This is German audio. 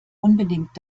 unbedingt